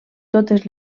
totes